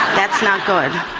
that's not good.